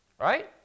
right